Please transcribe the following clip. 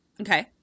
Okay